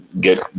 get